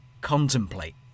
contemplate